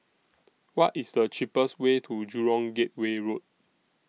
What IS The cheapest Way to Jurong Gateway Road